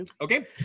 Okay